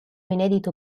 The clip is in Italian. inedito